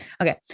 Okay